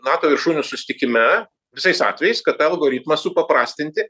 nato viršūnių susitikime visais atvejais kad tą algoritmą supaprastinti